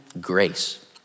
grace